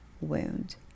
wound